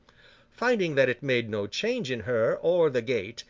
finding that it made no change in her or the gate,